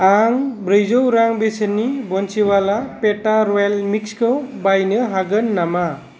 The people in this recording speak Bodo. आं ब्रैजौ रां बेसेननि बन्सिवाला पेथा रयेल मिक्सखौ बायनो हागोन नामा